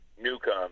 Newcomb